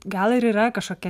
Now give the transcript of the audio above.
gal ir yra kažkokia